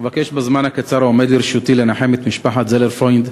אבקש בזמן הקצר העומד לרשותי לנחם את בני משפחת זלפריינד,